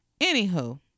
Anywho